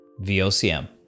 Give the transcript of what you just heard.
VOCM